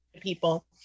People